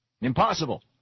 Impossible